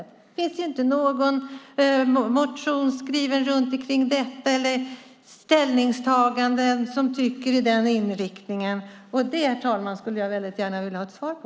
Det finns inte någon motion skriven om detta eller ställningstaganden i den riktningen. Det, herr talman, skulle jag gärna vilja ha ett svar på.